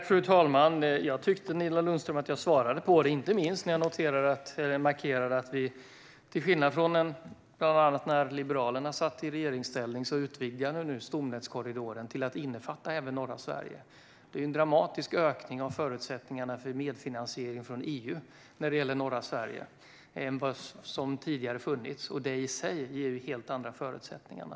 Fru talman! Nina Lundström! Jag tyckte att jag svarade, inte minst när jag markerade att vi nu, till skillnad från när bland andra Liberalerna satt i regeringsställning, utvidgar stomnätskorridoren till att innefatta även norra Sverige. Det sker en dramatisk ökning av förutsättningarna för medfinansiering från EU när det gäller norra Sverige jämfört med vad som tidigare funnits. Detta i sig ger helt andra förutsättningar.